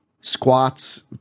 squats